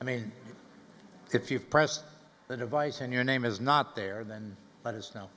i mean if you press the device in your name is not there then but is now